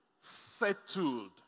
settled